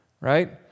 Right